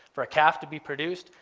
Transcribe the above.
for a calf to be produced,